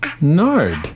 Nard